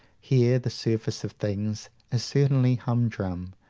here, the surface of things is certainly humdrum,